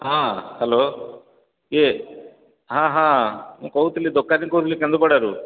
ହଁ ହ୍ୟାଲୋ କିଏ ହଁ ହଁ ମୁଁ କହୁଥିଲି ଦୋକାନୀ କହୁଥିଲି କେନ୍ଦୁପଡ଼ାରୁ